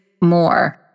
more